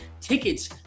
Tickets